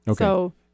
Okay